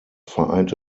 vereint